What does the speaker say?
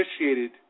initiated